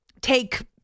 Take